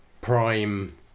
prime